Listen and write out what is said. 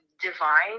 divine